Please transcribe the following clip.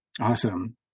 Awesome